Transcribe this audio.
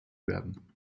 werden